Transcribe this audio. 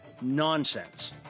Nonsense